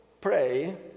pray